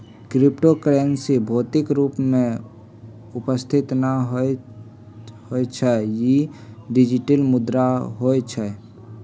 crypto currency भौतिक रूप में उपस्थित न होइ छइ इ डिजिटल मुद्रा होइ छइ